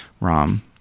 Rom